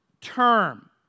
term